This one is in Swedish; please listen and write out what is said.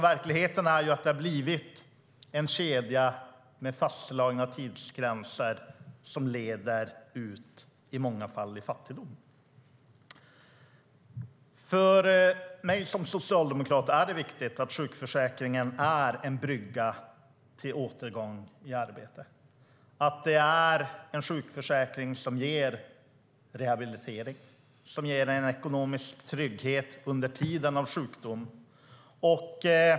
Verkligheten är att det har blivit en kedja med fastslagna tidsgränser som i många fall leder ut i fattigdom. För mig som socialdemokrat är det viktigt att sjukförsäkringen är en brygga till återgång i arbete, att sjukförsäkringen ger rehabilitering och ekonomisk trygghet under sjukdomstiden.